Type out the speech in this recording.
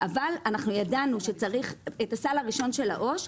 אבל ידענו שצריך הסל הראשון של העו"ש,